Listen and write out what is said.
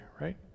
right